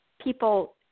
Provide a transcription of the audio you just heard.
people